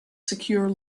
secure